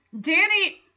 Danny